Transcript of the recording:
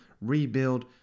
rebuild